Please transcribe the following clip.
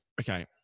okay